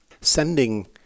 sending